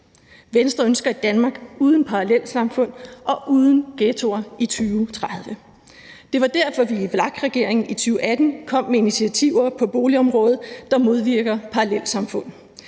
Venstre ønsker et Danmark uden parallelsamfund og uden ghettoer i 2030. Det var derfor, vi i VLAK-regeringen i 2018 kom med initiativer på boligområdet, der modvirker parallelsamfund